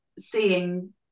seeing